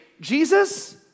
Jesus